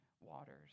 waters